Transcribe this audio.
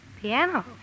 Piano